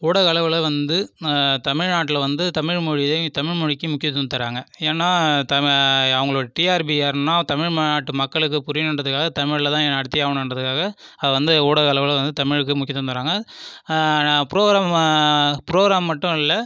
ஊடக அளவில் வந்து தமிழ்நாட்டில் வந்து தமிழ்மொழியை தமிழ்மொழிக்கு முக்கியத்துவம் தராங்க ஏன்னா த அவங்களோட டிஆர்பி ஏறனுன்னா தமிழ்நாட்டு மக்களுக்கு புரியனுன்றதுக்காக தமிழில் தான் நடத்தியே ஆகனுன்றதுக்காக அதை வந்து ஊடக அளவில் வந்து தமிழுக்கு முக்கியத்துவம் தராங்க நான் ப்ரோக்ராம் ப்ரோக்ராம் மட்டும் இல்லை